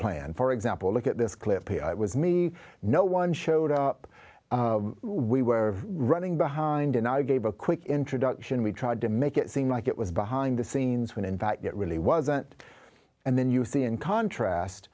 planned for example look at this clip was me no one showed up we were running behind and i gave a quick introduction we tried to make it seem like it was behind the scenes when in fact it really wasn't and then you see in contrast